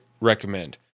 recommend